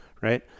right